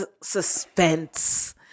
suspense